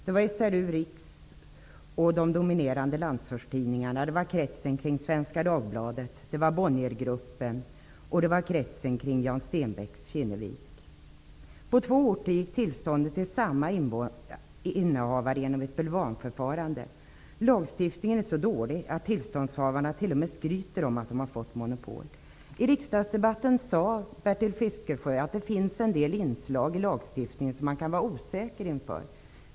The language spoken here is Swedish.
Det var SRU Rix, de dominerande landsortstidningarna, kretsen kring Svenska Stenbecks Kinnevik som vann. På två orter gick tillstånden till samma innehavare genom ett bulvanförfarande. Lagstiftningen är så dålig att tillståndshavarna t.o.m. skryter om att de har fått monopol. I riksdagsdebatten sade Bertil Fiskesjö att det finns en del inslag i lagstiftningen som man kan känna osäkerhet inför.